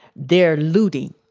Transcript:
they're looting.